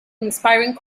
inspiring